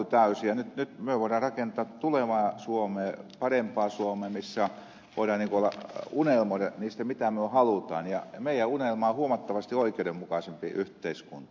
nyt me voimme rakentaa tulevaa suomea parempaa suomea missä voidaan unelmoida niistä mitä me haluamme ja meidän unelmamme on huomattavasti oikeudenmukaisempi yhteiskunta